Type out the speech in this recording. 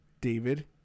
David